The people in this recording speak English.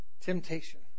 temptation